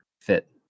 fit